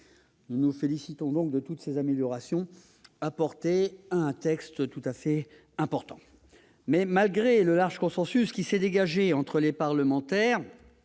Nous nous félicitons de toutes ces améliorations apportées à un texte que nous jugeons tout à fait important. Mais, malgré le large consensus qui s'est dégagé entre les parlementaires,